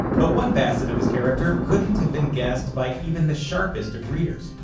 but one facet of his character couldn't have been guessed by even the sharpest of readers.